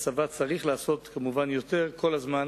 והצבא צריך לעשות יותר כל הזמן